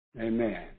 Amen